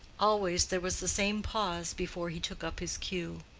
always there was the same pause before he took up his cue.